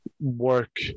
work